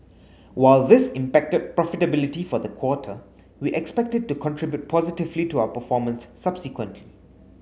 while this impacted profitability for the quarter we expect it to contribute positively to our performance subsequently